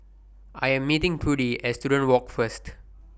I Am meeting Prudie At Student Walk First